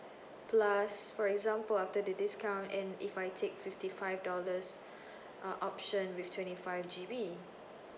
plus for example after the discount and if I take fifty five dollars uh option with twenty five G_B